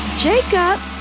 Jacob